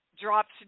drops